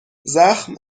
زخم